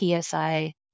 PSI